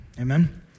Amen